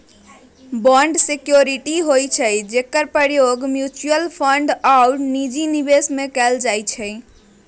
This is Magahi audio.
बांड सिक्योरिटी होइ छइ जेकर प्रयोग म्यूच्यूअल फंड आऽ निजी निवेश में कएल जाइ छइ